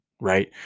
right